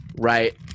right